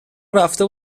رفته